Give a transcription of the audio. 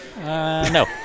No